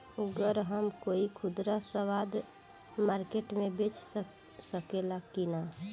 गर हम कोई खुदरा सवदा मारकेट मे बेच सखेला कि न?